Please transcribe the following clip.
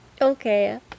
Okay